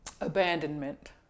abandonment